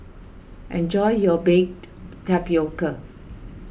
enjoy your Baked Tapioca